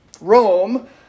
Rome